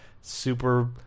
super